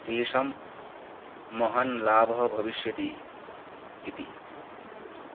तेषां महान् लाभः भविष्यति इति